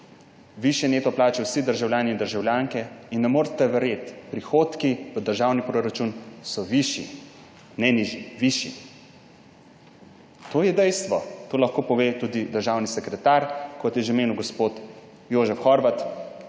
višje neto plače vsi državljani in državljanke. In ne morete verjeti, prihodki v državni proračun so višji, ne nižji, višji. To je dejstvo. To lahko pove tudi državni sekretar. Kot je že omenil gospod Jožef Horvat,